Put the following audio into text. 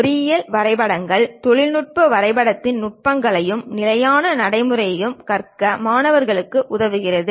பொறியியல் வரைபடங்கள் தொழில்நுட்ப வரைபடத்தின் நுட்பங்களையும் நிலையான நடைமுறையையும் கற்க மாணவர்களுக்கு உதவுகிறது